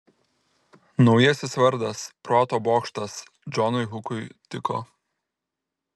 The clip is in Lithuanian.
naujasis vardas proto bokštas džonui hukui tiko